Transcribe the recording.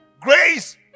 Grace